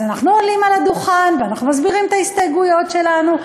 אז אנחנו עולים על הדוכן ואנחנו מסבירים את ההסתייגויות שלנו,